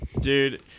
Dude